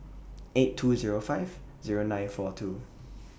eight two Zero five Zero nine four two